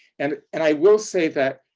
and and i will say that,